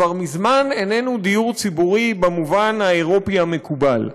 כבר מזמן איננו דיור ציבורי במובן האירופי המקובל,